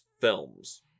films